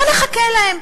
בואו נחכה להן,